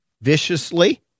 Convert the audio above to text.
viciously